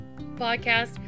podcast